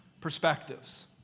Perspectives